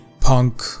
punk